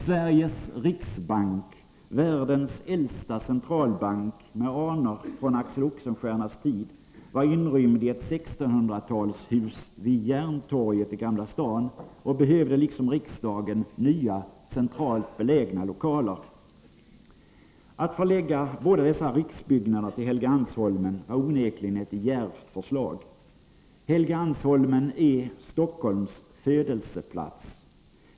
Sveriges riksbank, världens äldsta centralbank med anor från Axel Oxenstiernas tid, var inrymd i ett 1600-talshus vid Järntorget i Gamla stan och behövde liksom riksdagen nya, centralt belägna lokaler. Att förlägga båda dessa riksbyggnader till Helgeandsholmen var onekligen ett djärvt förslag. Helgeandsholmen är Stockholms födelseplats.